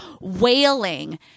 wailing